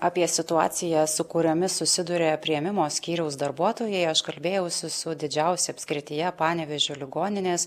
apie situacijas su kuriomis susiduria priėmimo skyriaus darbuotojai aš kalbėjausi su didžiausia apskrityje panevėžio ligoninės